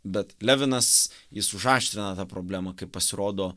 bet levinas jis užaštrina tą problemą kai pasirodo